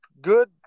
good